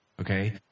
okay